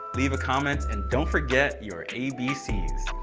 leave a comment. and don't forget your abcs.